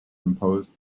composed